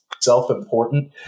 self-important